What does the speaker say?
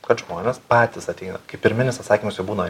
kad žmonės patys ateina kai pirminis atsakymas jau būna